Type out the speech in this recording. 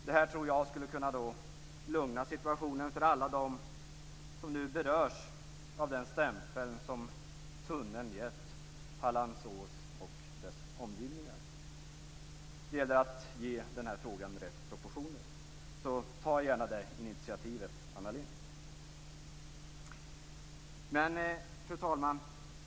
Detta tror jag skulle kunna lugna situationen för alla dem som nu berörs av den stämpel som tunneln gett Hallands ås och dess omgivningar. Det gäller att ge frågan rätt proportioner. Ta gärna det initiativet, Anna Fru talman!